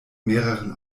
mehreren